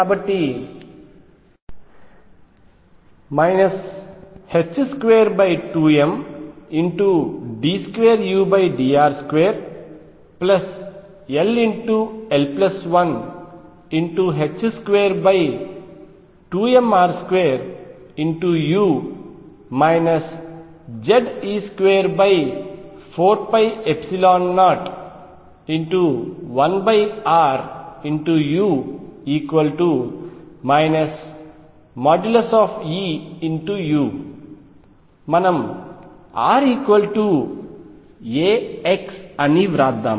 కాబట్టి 22md2udr2 ll122mr2u Ze24π01ru |E|u మనం r a x అని వ్రాద్దాం